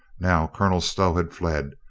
now, colonel stow had fled,